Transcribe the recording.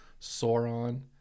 Sauron